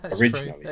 originally